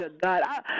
God